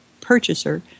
purchaser